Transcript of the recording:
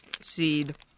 seed